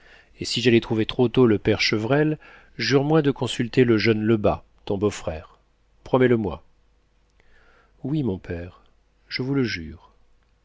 et si j'allais trouver trop tôt le père chevrel jure-moi de consulter le jeune lebas ton beau-frère promets-le-moi oui mon père je vous le jure